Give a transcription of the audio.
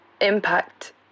impact